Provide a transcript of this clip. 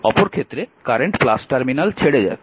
অপর ক্ষেত্রে current terminal ছেড়ে যাচ্ছে